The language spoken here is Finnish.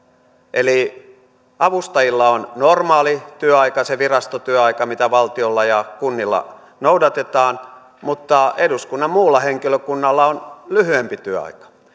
eli avustajilla on normaali työaika se virastotyöaika mitä valtiolla ja kunnilla noudatetaan mutta eduskunnan muulla henkilökunnalla on lyhyempi työaika